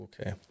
Okay